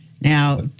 Now